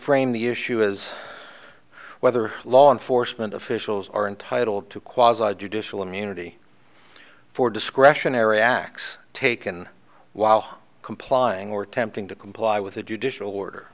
frame the issue as whether law enforcement officials are entitled to quasi judicial immunity for discretionary acts taken while complying or attempting to comply with a judicial order